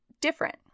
different